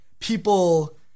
people